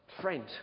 friend